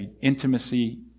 intimacy